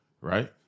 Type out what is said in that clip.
right